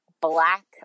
black